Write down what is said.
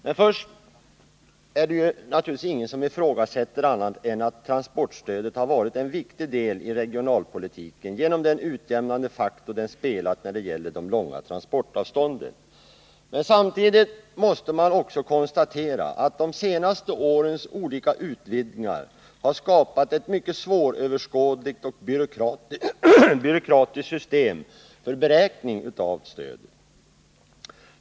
Det är naturligtvis ingen som ifrågasätter att transportstödet varit en viktig del av regionalpolitiken på grund av den utjämning det åstadkommit av kostnaderna för de långa transportavstånden. Men samtidigt måste man konstatera att de senaste årens olika utvidgningar har skapat ett mycket svåröveröverskådligt och byråkratiskt system för beräkning av stödet.